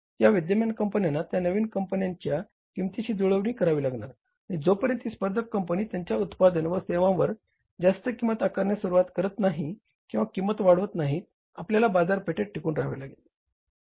या विद्यमान कंपन्यांना त्या नवीन कंपनीच्या किंमतीशी जुळवणी करावी लागणार आणि जो पर्यंत ही स्पर्धक कंपनी त्यांच्या उत्पादन व सेवांवर जास्त किंमत आकारण्यास सुरुवात करत नाही किंवा किंमत वाढवत नाहीत आपल्याला बाजारपेठेत टिकून राहावे लागले